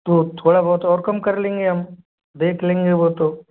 तो थोड़ा बहुत और कम कर लेंगे हम देख लेंगे वह तो